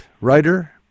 writer